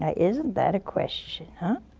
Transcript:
ah isn't that a question, huh?